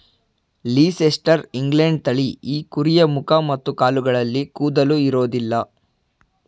Leicester England ತಳಿ ಈ ಕುರಿಯ ಮುಖ ಮತ್ತು ಕಾಲುಗಳಲ್ಲಿ ಕೂದಲು ಇರೋದಿಲ್ಲ